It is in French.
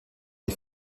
des